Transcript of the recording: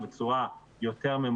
זה שרשרת שהיא יודעת להתחבר אחד עם השני.